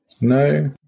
No